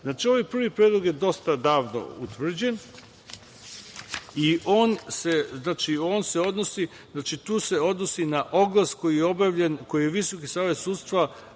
godine. Znači, ovaj prvi predlog je dosta davno utvrđen i on se odnosi na oglas koji je Visoki savet sudstva